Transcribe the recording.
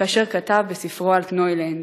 כאשר כתב בספרו "אלטנוילנד":